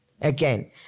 again